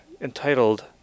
entitled